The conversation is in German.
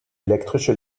elektrische